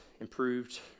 improved